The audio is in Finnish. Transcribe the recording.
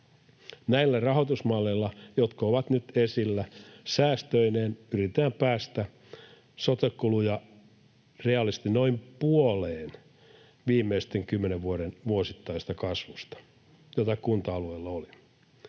Näillä rahoitusmalleilla, jotka ovat nyt esillä, säästöineen yritetään päästä sote-kuluissa reaalisesti noin puoleen viimeisten kymmenen vuoden vuosittaisesta kasvusta, jota kunta-alueella oli.